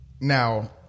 Now